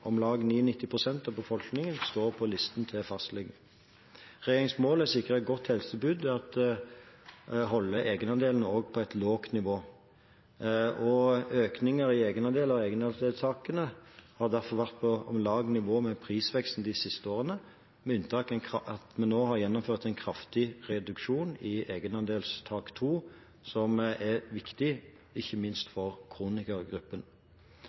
Om lag 99 pst. av befolkningen står på listen til en fastlege. Regjeringens mål er å sikre et godt helsetilbud ved å holde egenandelene på et lavt nivå. Økninger i egenandeler og egenandelstakene har derfor vært om lag på nivå med prisveksten de siste årene, med unntak av at vi nå har gjennomført en kraftig reduksjon i egenandelstak 2, som er viktig ikke minst for kronikergruppen.